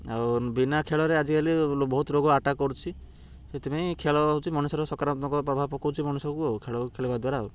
ଆଉ ବିନା ଖେଳ ରେ ଆଜିକାଲି ବହୁତ ରୋଗ ଆଟାକ୍ କରୁଛି ସେଥିପାଇଁ ଖେଳ ହେଉଛି ମଣିଷର ସକରାତ୍ମକ ପ୍ରଭାବ ପକଉଛି ମଣିଷକୁ ଆଉ ଖେଳ ଖେଳିବା ଦ୍ୱାରା ଆଉ